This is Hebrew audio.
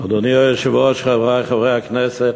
היושב-ראש, חברי חברי הכנסת,